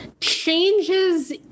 changes